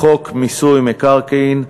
לחוק מיסוי מקרקעין,